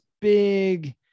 big